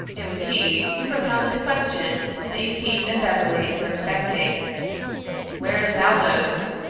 it was he who propounded the question that yetive and beverly were expecting where is baldos?